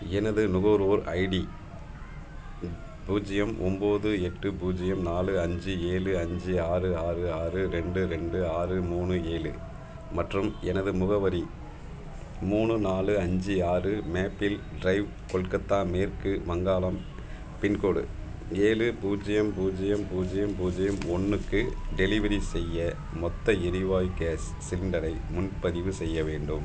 எனது நுகர்வோர் ஐடி பூஜ்ஜியம் ஒம்பது எட்டு பூஜ்ஜியம் நாலு அஞ்சு ஏழு அஞ்சு ஆறு ஆறு ஆறு ரெண்டு ரெண்டு ஆறு மூணு ஏழு மற்றும் எனது முகவரி மூணு நாலு அஞ்சு ஆறு மேப்பிள் டிரைவ் கொல்கத்தா மேற்கு வங்காளம் பின்கோடு ஏழு பூஜ்ஜியம் பூஜ்ஜியம் பூஜ்ஜியம் பூஜ்ஜியம் ஒன்றுக்கு டெலிவரி செய்ய மொத்த எரிவாயு கேஸ் சிலிண்டரை முன்பதிவு செய்ய வேண்டும்